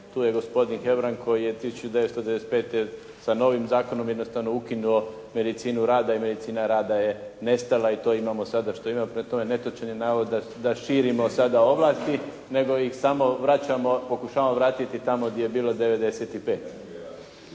tu je gospodin Hebrang koji je 1995. sa novim zakonom jednostavno ukinuo medicinu rada i medicina rada je nestala. I to imamo sada što imamo. Prema tome, netočan je navod da širimo sada ovlasti, nego ih samo vraćamo, pokušavamo vratiti tamo gdje je bilo '95-te.